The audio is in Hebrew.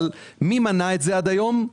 אבל מי מנע את זה עד היום?